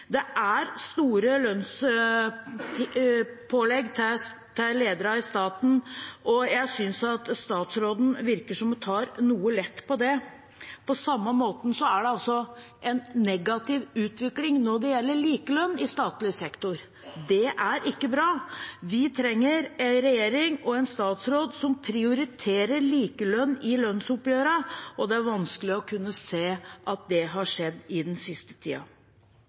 Det er store lønnspålegg til ledere i staten, og jeg synes at statsråden virker som hun tar noe lett på det. På samme måten er det altså en negativ utvikling når det gjelder likelønn i statlig sektor. Det er ikke bra. Vi trenger en regjering og en statsråd som prioriterer likelønn i lønnsoppgjørene, og det er vanskelig å kunne se at det har skjedd i den siste